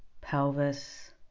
pelvis